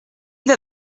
that